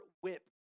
whip